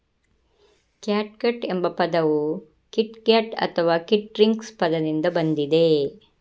catgut ಎಂಬ ಪದವು kitgut ಅಥವಾ ಕಿಟ್ಸ್ಟ್ರಿಂಗ್ ಪದದಿಂದ ಬಂದಿದೆ